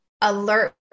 alert